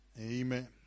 Amen